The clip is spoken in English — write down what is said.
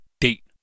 date